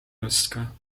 oska